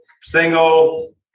single